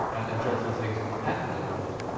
and and dreadful things happen in the world.